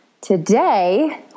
Today